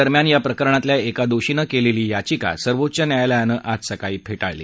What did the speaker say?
दरम्यान या प्रकरणातल्या एका दोषीनं केलेली याचिका सर्वोच्च न्यायालयानं आज सकाळी फेटाळली